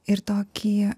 ir tokį